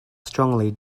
strongly